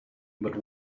but